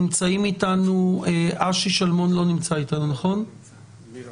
נמצאת אתו עורכת הדין מירה